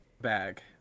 bag